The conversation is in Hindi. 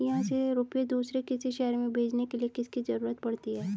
यहाँ से रुपये किसी दूसरे शहर में भेजने के लिए किसकी जरूरत पड़ती है?